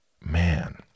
Man